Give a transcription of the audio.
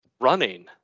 running